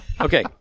Okay